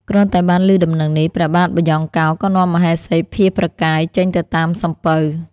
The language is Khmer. គ្រាន់តែបានឮដំណឹងនេះ ព្រះបាទបាយ៉ង់កោ ក៏នាំមហេសីភៀសព្រះកាយចេញទៅតាមសំពៅ។